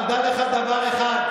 אבל דע לך דבר אחד,